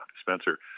Spencer